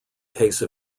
case